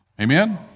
Amen